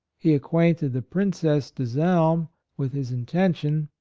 he acquainted the princess de salm with his intention,